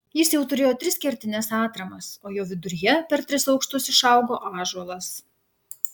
jis jau turėjo tris kertines atramas o jo viduryje per tris aukštus išaugo ąžuolas